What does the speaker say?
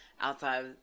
outside